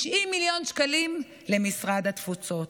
90 מיליון שקלים למשרד התפוצות.